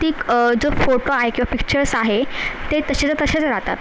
ती जो फोटो आहे किंवा पिक्चर्स आहे ते तसेच्या तसेच राहतात